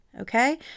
Okay